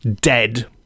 dead